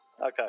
Okay